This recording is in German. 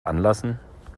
anlassen